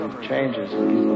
changes